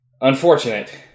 unfortunate